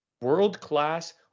world-class